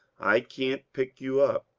i can't pick you up,